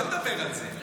בוא נדבר על זה.